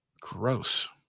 Gross